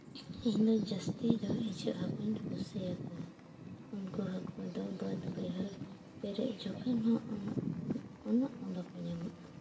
ᱤᱧ ᱫᱚ ᱡᱟᱹᱥᱛᱤ ᱜᱟᱱ ᱤᱪᱟᱹᱜ ᱦᱟᱹᱠᱩᱧ ᱠᱩᱥᱤᱭᱟᱠᱚᱣᱟ ᱩᱱᱠᱩ ᱦᱟᱹᱠᱩ ᱫᱚ ᱵᱟᱹᱫ ᱵᱟᱹᱭᱦᱟᱹᱲ ᱯᱮᱨᱮᱡᱽ ᱡᱚᱠᱷᱚᱱ ᱦᱚᱸ ᱩᱱᱟᱹᱜ ᱩᱱᱟᱹᱜ ᱫᱚ ᱵᱟᱠᱚ ᱧᱟᱢᱚᱜᱼᱟ